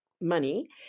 money